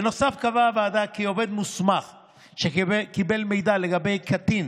בנוסף קבעה הוועדה כי עובד מוסמך שקיבל מידע לגבי קטין